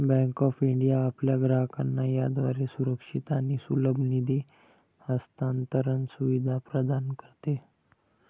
bank of India आपल्या ग्राहकांना याद्वारे सुरक्षित आणि सुलभ निधी हस्तांतरण सुविधा प्रदान करते